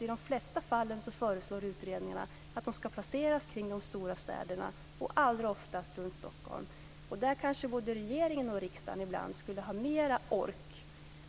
I de flesta fallen föreslår utredarna att de ska placeras runt de stora städerna - allra oftast runt Stockholm. Där skulle nog ibland både regeringen och riksdagen ha mera ork